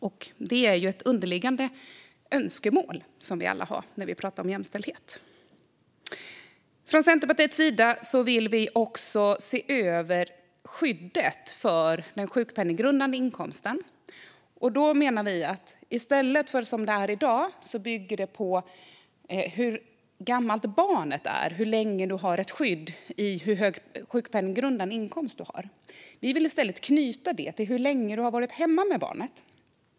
Detta är ju ett underliggande önskemål hos oss alla när vi talar om jämställdhet. Centerpartiet vill också se över skyddet för den sjukpenninggrundande inkomsten. I stället för som det är i dag, att skyddet och hur hög sjukpenninggrundande inkomst man har bygger på hur gammalt barnet är, vill vi knyta det till hur länge man har varit hemma med barnet.